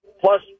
plus